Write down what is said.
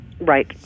Right